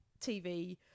TV